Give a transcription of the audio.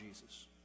Jesus